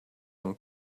and